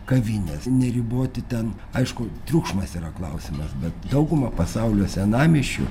kavines neriboti ten aišku triukšmas yra klausimas bet dauguma pasaulio senamiesčių